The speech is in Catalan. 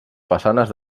façanes